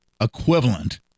equivalent